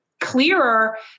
clearer